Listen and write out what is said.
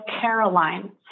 Caroline